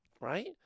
right